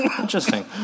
Interesting